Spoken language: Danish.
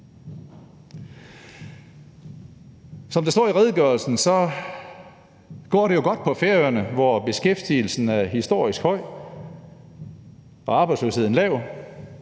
Som der står i redegørelsen, går det jo godt på Færøerne, hvor beskæftigelsen er historisk høj og arbejdsløsheden lav,